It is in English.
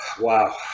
Wow